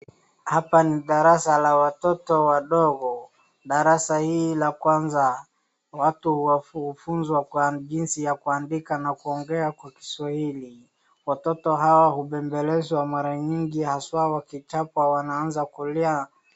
Hapa ni darasa la watoto wadogo. Darasa hii la kwanza watu wafunzwa kwa jinsi ya kuandika na kuongea kwa kiswahili. Watoto hawa hubembembelezwa mara nyingi haswa wakichapwa wanaanza kulia.